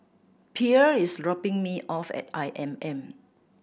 Pierre is dropping me off at I M M